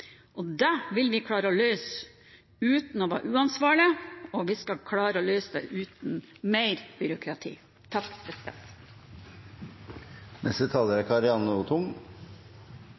bredbånd. Det vil vi klare å løse uten å være uansvarlige, og vi skal klare å løse det uten mer byråkrati.